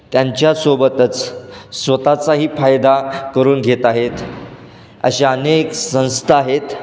त्यांच्यासोबतच स्वतःचाही फायदा करून घेत आहेत अशा अनेक संस्था आहेत